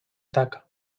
taca